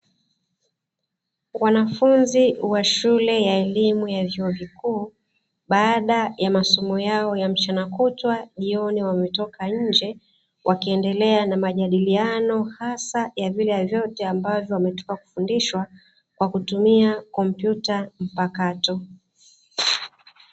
Wanafunzi wa shule ya elimu ya vyuo vikuu, baada ya masomo yao ya mchana kutwa jioni wametoka nje, wakiendelea na majadiliano hasa ya vile vyote ambavyo wametoka kufundishwa kwa kutumia kompyuta mpakato.